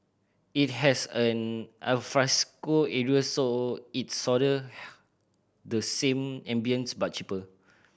it has an alfresco area so it's sorta the same ambience but cheaper